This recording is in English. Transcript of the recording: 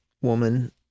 woman